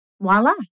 voila